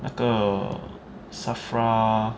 那个 SAFRA